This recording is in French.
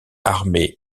armée